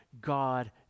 God